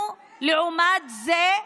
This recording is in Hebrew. אנחנו, לעומת זאת,